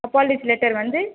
apology letter வந்து